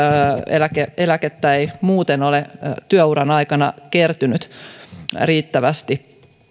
eläkettä ei muuten ole työuran aikana kertynyt riittävästi